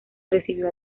recibió